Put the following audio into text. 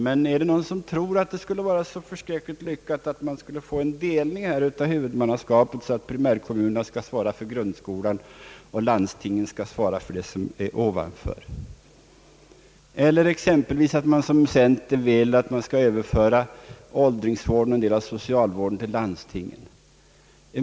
Men är det någon som tror att det skulle vara så lyckat med en delning av huvudmannaskapet så att primärkommunerna skulle svara för grundskolan och landstingen för det som är ovanför eller att man exempelvis, som centern vill, skulle överföra åldringsvården och en del av socialvården till landstingen.